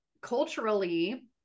culturally